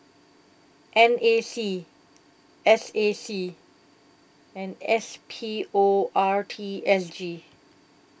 N A C S A C and S P O R T S G